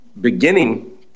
beginning